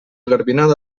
garbinada